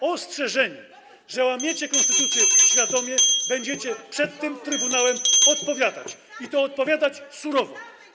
ostrzeżeni, że łamiecie konstytucję świadomie, będziecie przed tym trybunałem odpowiadać, i to odpowiadać surowo.